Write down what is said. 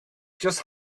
just